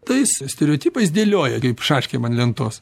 tais stereotipais dėlioja kaip šaškėm ant lentos